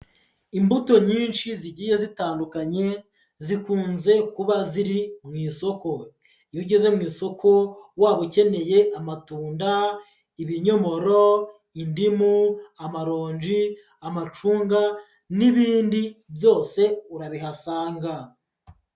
Imbuto nyinshi zigiye zitandukanye, zikunze kuba ziri mu isoko, iyo ugeze mu isoko, waba ukeneye amatunda, ibinyomoro, indimu, amaronji, amacunga, n'ibindi byose urabihasanga.